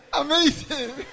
Amazing